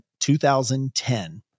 2010